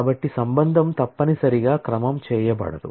కాబట్టి రిలేషన్ తప్పనిసరిగా క్రమం చేయబడలేదు